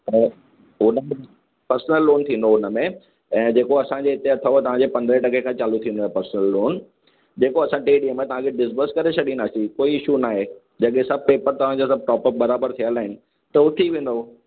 ऐं पोइ हुन में पर्सनल लोन थींदो हुन में ऐं जेको असांजे हिते अथव तव्हांजे पंद्रहें टके खां चालूं थींदव पर्सनल लोन जेको असां टे ॾींहं में तव्हांखे डिसबस करे छॾिंदासीं कोई इशू नाए जेके सभ पेपर तव्हांजा सभ टॉपअप बराबरि थियल आहिनि त उहो थी वेंदो